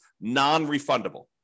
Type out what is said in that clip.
non-refundable